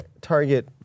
target